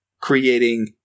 creating